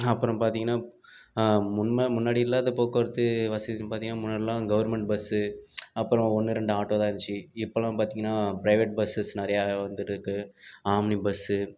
அப்புறம் பார்த்திங்கன்னா முன்ம முன்னாடி இல்லாத போக்குவரத்து வசதின்னு பார்த்திங்கன்னா முன்னாயெடிலாம் கவர்மண்ட் பஸ்ஸு அப்புறம் ஒன்று ரெண்டு ஆட்டோ தான் இருந்துச்சு இப்போலாம் பார்த்திங்கன்னா பிரைவேட் பஸ்ஸஸ் நிறையாவே வந்துட்டு இருக்குது ஆம்னி பஸ்ஸு